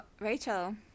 Rachel